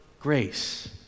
grace